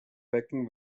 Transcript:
becken